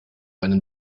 einen